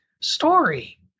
story